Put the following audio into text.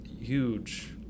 huge